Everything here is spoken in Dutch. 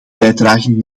bijdragen